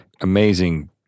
amazing